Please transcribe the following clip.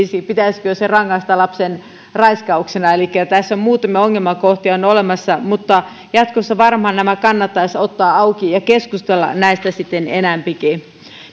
se rangaista lapsen raiskauksena elikkä tässä on muutamia ongelmakohtia olemassa mutta jatkossa varmaan nämä kannattaisi ottaa auki ja keskustella näistä sitten enempikin